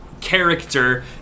character